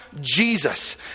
Jesus